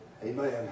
Amen